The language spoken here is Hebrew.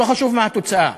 לא חשוב מה התוצאה.